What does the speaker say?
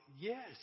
yes